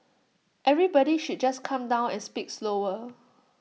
everybody should just calm down and speak slower